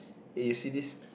eh you see this